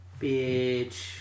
bitch